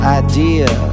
idea